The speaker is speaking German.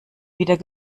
wieder